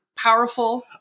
powerful